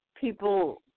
people